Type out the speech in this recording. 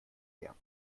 mehr